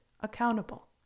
accountable